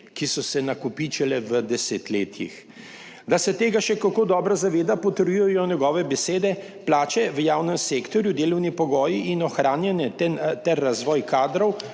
ki so se nakopičile v desetletjih. Da se tega še kako dobro zaveda, potrjujejo njegove besede. Plače v javnem sektorju delovni pogoji in ohranjanje ter razvoj kadrov